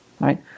right